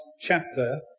chapter